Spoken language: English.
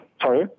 sorry